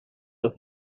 los